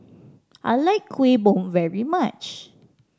I like Kueh Bom very much